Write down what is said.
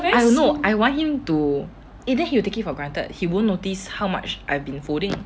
I know I want him to either he will take it for granted he won't notice how much I've been folding